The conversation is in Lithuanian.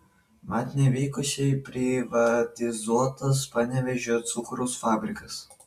mat nevykusiai privatizuotas panevėžio cukraus fabrikas